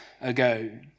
ago